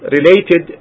Related